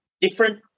different